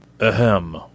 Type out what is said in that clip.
Ahem